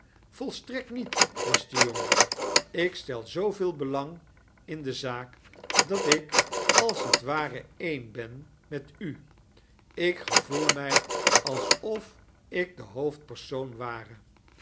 volstrekt niet beste jongen ik stel zooveel belang in de zaak dat ik als het ware een ben met u ik gevoel mij alsof ik de hoofdpersoon ware